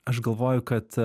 aš galvoju kad